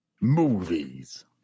Movies